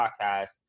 podcast